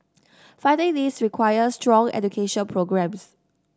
fighting this requires strong education programmes